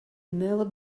meurt